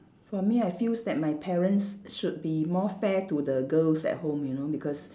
for me I feels that my parents should be more fair to the girls at home you know because